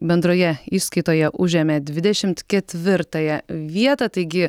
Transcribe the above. bendroje įskaitoje užėmė dvidešimt ketvirtąją vietą taigi